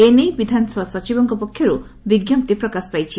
ଏ ନେଇ ବିଧାନସଭା ସଚିବଙ୍କ ପକ୍ଷର୍ଠ ବିଙ୍କପ୍ତି ପ୍ରକାଶ ପାଇଛି